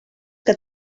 que